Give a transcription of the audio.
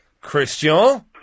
Christian